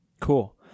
Cool